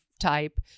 type